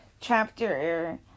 chapter